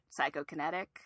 psychokinetic